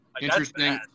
interesting